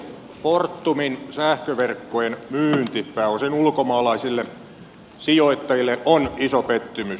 fortumin sähköverkkojen myynti pääosin ulkomaalaisille sijoittajille on iso pettymys